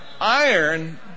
iron